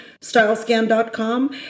stylescan.com